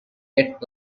yet